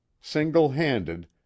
single-handed